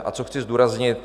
A co chci zdůraznit?